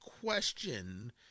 question